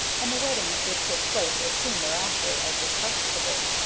and the wedding would take place as soon thereafter as was practicable.